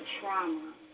trauma